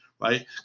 right